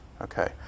okay